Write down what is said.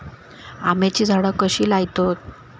आम्याची झाडा कशी लयतत?